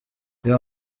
reba